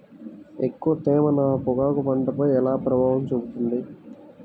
ఎక్కువ తేమ నా పొగాకు పంటపై ఎలా ప్రభావం చూపుతుంది?